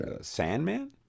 Sandman